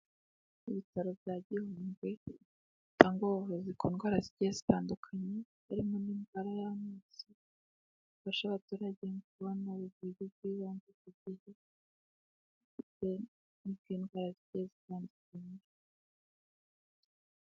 Ibitaro bya Gihundwe bitanga ubuvuzi ku ndwara zigiye zitandukanye. Harimo n'indwara y'amaso. Bifasha abaturage kubona ubuvuzi bw'ibanze ku ndwara zigiye zitandukanye.